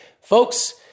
Folks